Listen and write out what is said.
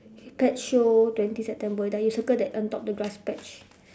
pet show twenty september then you circle that on top the grass patch